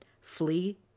Flee